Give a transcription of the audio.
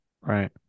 right